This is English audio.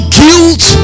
guilt